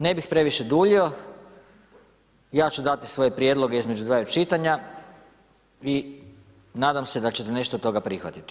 Ne bih previše duljio, ja ću dati svoje prijedloge između dvaju čitanja i nadam se da ćete nešto od toga prihvatiti.